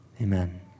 amen